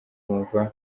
bumva